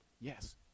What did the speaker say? Yes